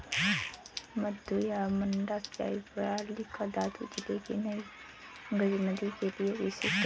मद्दू या मड्डा सिंचाई प्रणाली दादू जिले की नई गज नदी के लिए विशिष्ट है